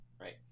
right